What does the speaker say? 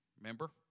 Remember